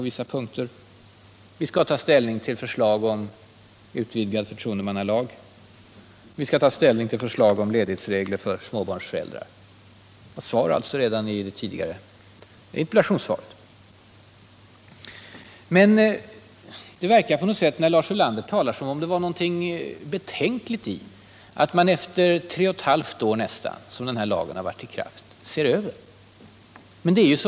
Vi skall ta ställning till förslag om en utvidgning av förtroendemannalagen och till förslag om ledighetsregler för småbarnsföräldrar. Jag har svarat redan tidigare om det. När Lars Ulander talar verkar det som om det skulle ligga någonting betänkligt i att man efter de nästan tre och ett halvt år som den här lagen varit i kraft ser över den.